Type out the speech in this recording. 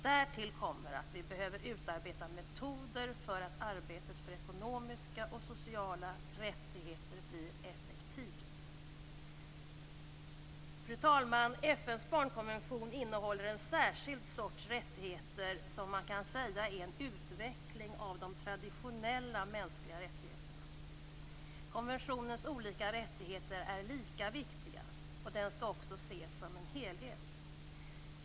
Därtill kommer att vi behöver utarbeta metoder för att arbetet för ekonomiska och sociala rättigheter blir effektivt. Fru talman! FN:s barnkonvention innehåller en särskild sorts rättigheter som kan sägas vara en utveckling de traditionella mänskliga rättigheterna. Konventionens olika rättigheter är lika viktiga, och den skall också ses som en helhet.